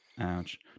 Ouch